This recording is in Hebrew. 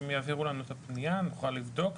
אם יעבירו לנו את הפנייה נוכל לבדוק,